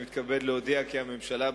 אני מתכבד להודיע כי הממשלה,